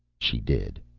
she did.